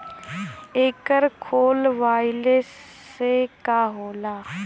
एकर खोलवाइले से का होला?